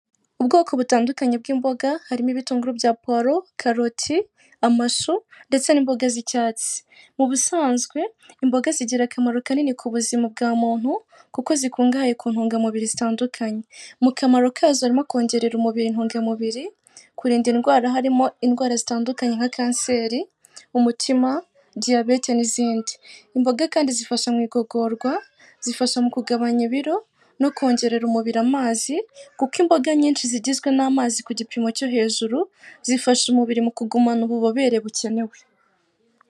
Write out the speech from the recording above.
Ubwoko butandukanye bw'imboga harimo ibitunguru bya puwaro, karoti ,amashu ndetse n'imboga z'icyatsi .Mu busanzwe imboga zigira akamaro kanini ku buzima bwa muntu kuko zikungahaye ku ntungamubiri zitandukanye .Mu kamaro kazo harimo kongerera umubiri intunga mubiri ,kurinda indwara harimo indwara zitandukanye nka kanseri ,umutima, diyabete n'izindi. Imboga kandi zifasha mu igogora, zifasha mu kugabanya ibiro no kongerera umubiri amazi kuko imboga nyinshi zigizwe n'amazi ku gipimo cyo hejuru zifasha umubiri mu kugumana ububobere bukenewe.